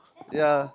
ya